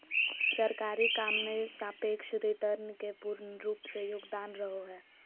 सरकारी काम मे सापेक्ष रिटर्न के पूर्ण रूप से योगदान रहो हय